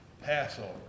Passover